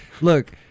look